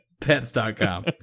pets.com